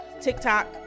tiktok